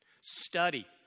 study